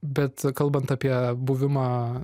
bet kalbant apie buvimą